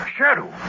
Shadow